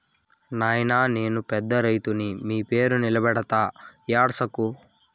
నాయినా నేను పెద్ద రైతుని మీ పేరు నిలబెడతా ఏడ్సకు